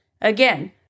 Again